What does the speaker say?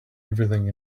everything